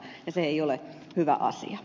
se ei ole hyvä asia